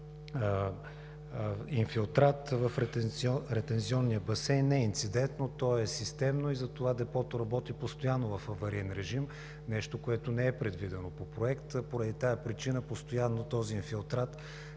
инфилтрат в ретензионния басейн не е инцидентно, то е системно и затова Депото работи постоянно в авариен режим, нещо, което не е предвидено по Проект. Поради тази причина постоянно този инфилтрат – една